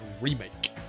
Remake